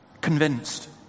convinced